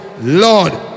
Lord